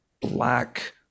black